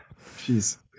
Jeez